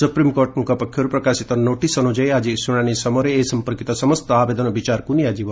ସୁପ୍ରିମକୋର୍ଟଙ୍କ ପକ୍ଷରୁ ପ୍ରକାଶିତ ନୋଟିସ୍ ଅନୁଯାୟୀ ଆଜି ଶୁଣାଶି ସମୟରେ ଏ ସଂପର୍କିତ ସମସ୍ତ ଆବେଦନ ବିଚାରକୁ ନିଆଯିବ